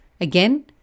Again